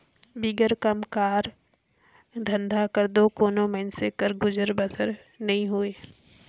बिगर काम धंधा कर दो कोनो मइनसे कर गुजर बसर नी होए